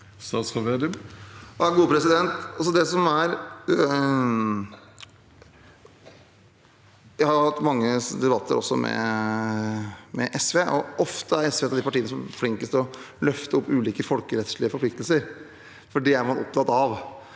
Jeg har hatt mange debatter også med SV, og ofte er SV et av de partiene som er flinkest til å løfte ulike folkerettslige forpliktelser, for det er man opptatt av.